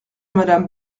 madame